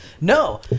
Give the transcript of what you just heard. no